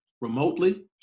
remotely